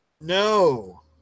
no